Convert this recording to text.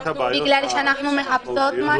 בגלל שאנחנו מחפשות משהו.